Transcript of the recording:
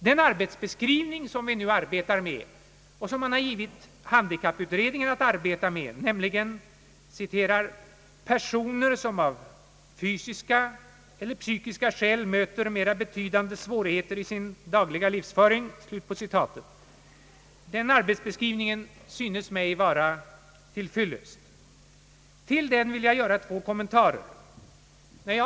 Den bestämning som man har givit handikapputredningen att arbeta med är »personer som av fysiska eller psykiska skäl möter mera betydande svårigheter i sin dagliga livsföring». Den arbetsbeskrivningen synes mig vara till fyllest. Men två kommentarer vill jag här göra.